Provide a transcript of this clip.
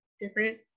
different